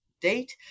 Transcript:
date